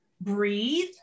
Breathe